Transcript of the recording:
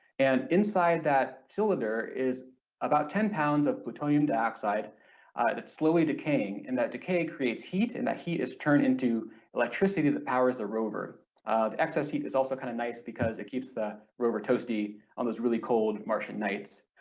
and inside that cylinder is about ten pounds of plutonium dioxide that's slowly decaying and that decay creates heat and that heat is turned into electricity that powers the ah rover. the excess heat is also kind of nice because it keeps the rover toasty on those really cold martian nights.